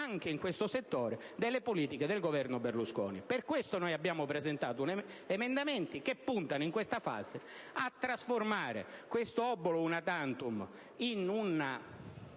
anche in questo settore, delle politiche del Governo Berlusconi. Per questo abbiamo presentato emendamenti che puntano, in questa fase, a trasformare un obolo *una tantum* in un